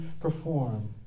perform